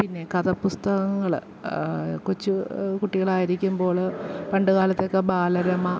പിന്നെ കഥ പുസ്തകങ്ങൾ കൊച്ച് കുട്ടികളായിരിക്കുമ്പോൾ പണ്ടു കാലത്തൊക്കെ ബാലരമ